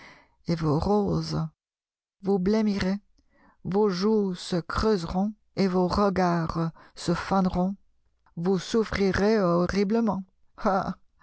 et vos roses vous blêmirez vos joues se creuseront et vos regards se faneront vous souffrirez horriblement ah